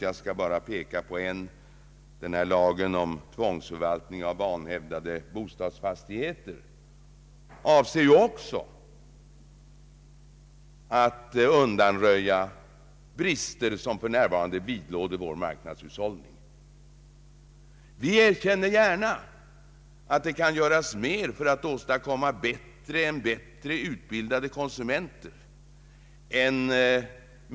Jag skall bara framhålla en: Lagen om tvångsförvaltning av vanhävdade bostadsfastigheter avser också att undan röja brister som för närvarande vidlåder vår marknadshushållning. Vi erkänner gärna att det kan göras mer än att åstadkomma bättre utbildade konsumenter.